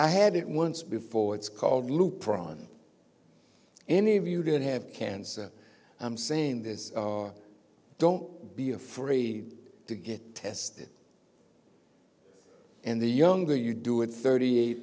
i had it once before it's called lupron any of you didn't have cancer i'm saying this don't be afraid to get tested and the younger you do it thirty eight